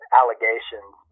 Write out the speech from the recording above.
allegations